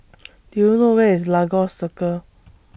Do YOU know Where IS Lagos Circle